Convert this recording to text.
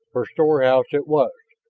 for storehouse it was.